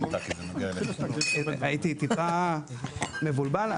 הייתי טיפה מבולבל,